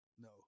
No